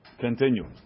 Continue